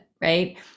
right